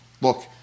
look